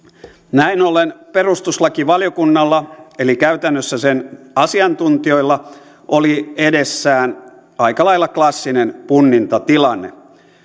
näin ollen perustuslakivaliokunnalla eli käytännössä sen asiantuntijoilla oli edessään aika lailla klassinen punnintatilanne